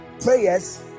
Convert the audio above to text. prayers